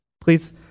Please